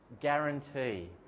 guarantee